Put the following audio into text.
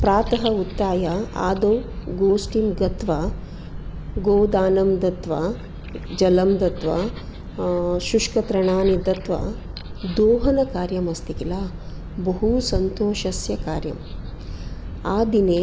प्रातः उत्थाय आदौ गोष्ठीं गत्त्वा गोदानं दत्त्वा जलं दत्त्वा शुष्कतृणानि दत्त्वा दोहनकार्यमस्ति खिल बहू सन्तोषस्य कार्यम् आदिने